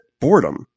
boredom